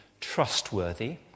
trustworthy